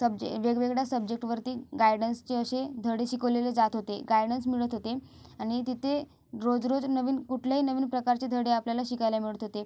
subject वेगवेगळ्या सब्जेक्टवरती गायडन्सचे असे धडे शिकवलेले जात होते गायडन्स मिळत होते आणि तिथे रोज रोज नवीन कुठल्याही नवीन प्रकारचे धडे आपल्याला शिकायला मिळत होते